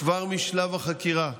כבר משלב החקירה.